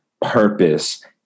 purpose